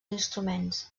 instruments